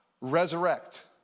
resurrect